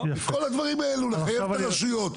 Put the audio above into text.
בכל הדברים האלה לחייב את הרשויות.